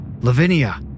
Lavinia